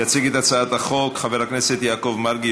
יציג את הצעת החוק חבר הכנסת יעקב מרגי,